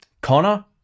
Connor